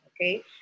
Okay